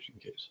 case